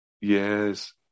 Yes